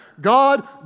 God